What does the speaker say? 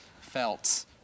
felt